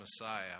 Messiah